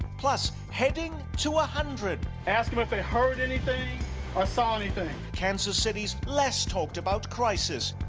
plus heading to a hundred. ask them if they heard anything or saw anything? kansas city's less talked about crisis.